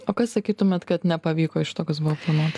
o kas sakytumėt kad nepavyko iš to kas buvo planuota